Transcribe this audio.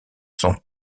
sont